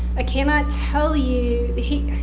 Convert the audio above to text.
i cannot tell you that he,